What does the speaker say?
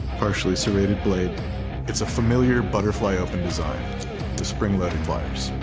partially serrated blade it's a familiar butterfly open design the spring-loaded pipes